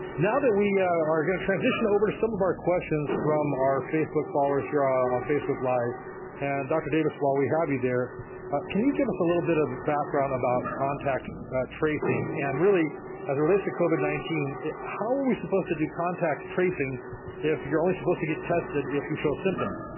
now we are going to transition over to some of our questions from our facebook followers here ah on facebook live and dr. davis while we have you there can you give us a little bit of background about contact tracing and really as a relates to covid nineteen how are we supposed to do contact tracing if you're only supposed to get tested if you show symptoms?